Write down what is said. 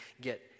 get